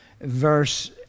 verse